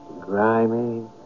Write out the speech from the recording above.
grimy